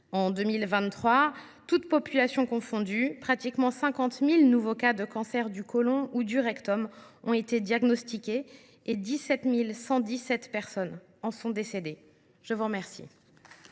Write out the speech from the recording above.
En 2023, toutes populations confondues, presque 50 000 nouveaux cas de cancers du côlon ou du rectum ont été diagnostiqués, et 17 117 personnes en sont décédées. La parole